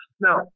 Now